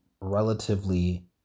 relatively